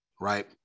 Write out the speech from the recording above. right